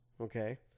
Okay